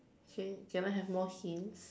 can can I have more hints